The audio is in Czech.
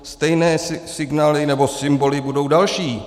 Stejné signály nebo symboly budou další.